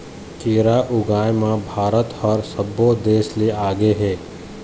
केरा ऊगाए म भारत ह सब्बो देस ले आगे हे